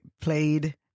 played